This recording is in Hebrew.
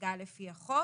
שנפגע לפי החוק.